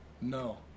No